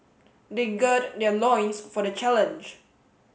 they gird their loins for the challenge